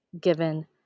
given